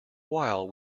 while